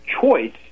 Choice